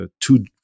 two